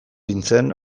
nintzen